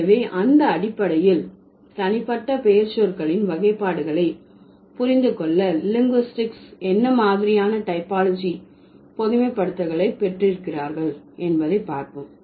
எனவே அந்த அடிப்படையில் தனிப்பட்ட பெயர்ச்சொற்களின் வகைப்பாடுகளை புரிந்துகொள்ள லிங்குஇஸ்டஸ் என்ன மாதிரியான டைபாலஜி பொதுமைப்படுத்தல்களை பெற்றிருக்கிறார்கள் என்பதை பார்ப்போம்